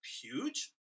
huge